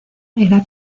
era